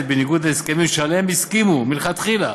בניגוד להסכמים שעליהם הסכימו מלכתחילה,